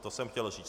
To jsem chtěl říct.